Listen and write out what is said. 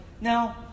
no